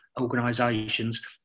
organisations